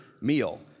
meal